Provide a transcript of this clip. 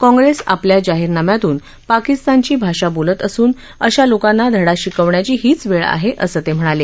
काँग्रेस आपल्या जाहीरनाम्यातून पाकिस्तानची भाषा बोलत असून अशा लोकांना धडा शिकवण्याची हीच वेळ आहे असं ते म्हणाले